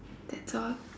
that's all